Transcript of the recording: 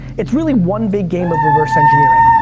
it's really one big game of reverse engineering.